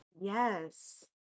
Yes